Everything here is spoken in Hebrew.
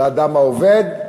לאדם העובד,